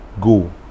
go